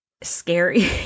Scary